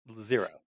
Zero